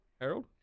harold